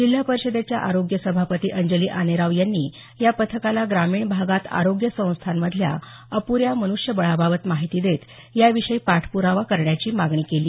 जिल्हा परिषदेच्या आरोग्य सभापती अंजली आनेराव यांनी या पथकाला ग्रामीण भागात आरोग्य संस्थांमधल्या अप्ऱ्या मन्ष्यबळाबाबत माहिती देत याविषयी पाठप्रावा करण्याची मागणी केली